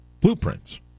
blueprints